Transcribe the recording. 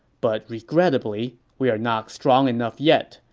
but regrettably, we are not strong enough yet,